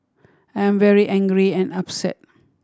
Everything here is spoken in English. I am very angry and upset